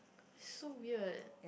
so weird